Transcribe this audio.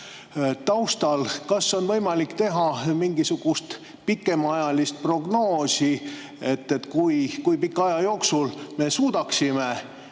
taustal on võimalik teha mingisugust pikemaajalist prognoosi, kui pika aja jooksul me suudaksime